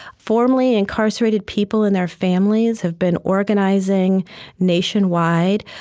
formerly incarcerated people and their families have been organizing nationwide,